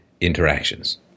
interactions